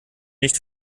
nicht